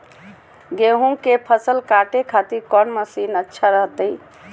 गेहूं के फसल काटे खातिर कौन मसीन अच्छा रहतय?